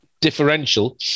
differential